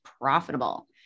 profitable